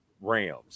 Rams